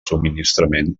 subministrament